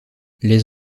les